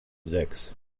sechs